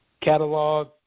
catalog